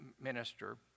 minister